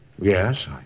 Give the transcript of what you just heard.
Yes